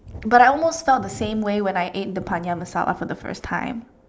but I almost felt the same way when I ate the paneer masala for the first time